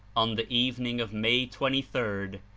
on the evening of may twenty third,